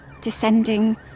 Descending